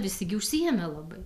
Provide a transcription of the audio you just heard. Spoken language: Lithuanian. visi gi užsiėmę labai